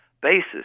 basis